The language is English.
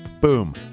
boom